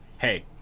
Hey